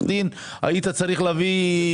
בחוק ההסדרים בקשה להסדיר טכנאי בית מרקחת,